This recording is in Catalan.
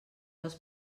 dels